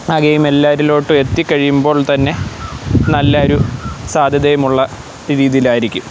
ആ ഗെയിം എല്ലാവരിലോട്ടും എത്തി കഴിയുമ്പോൾ തന്നെ നല്ല ഒരു സാധ്യതയുമുള്ള രീതിയിലായിരിക്കും